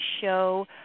show